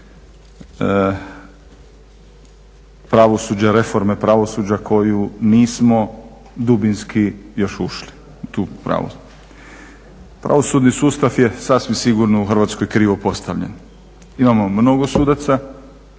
pravosuđa, reforme pravosuđa u koju nismo dubinski još ušli. Pravosudni sustav je sasvim sigurno u Hrvatskoj krivo postavljen. Imamo mnogo sudaca,